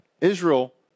Israel